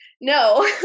no